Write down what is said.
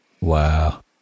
Wow